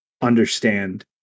understand